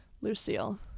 Lucille